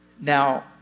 Now